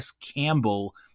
Campbell